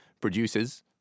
produces